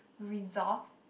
resolved